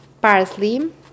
parsley